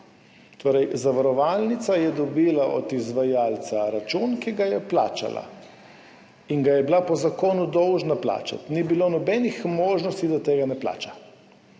zavarovalnica je dobila od izvajalca račun, ki ga je plačala in ga je bila po zakonu dolžna plačati, ni bilo nobenih možnosti, da tega ne plača.